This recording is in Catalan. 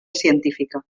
científica